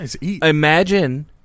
imagine